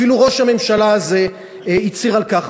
אפילו ראש הממשלה הזה הצהיר על כך.